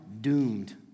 doomed